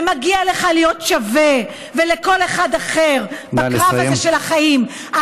ומגיע לך להיות שווה לכל אחד אחר בקרב הזה של החיים.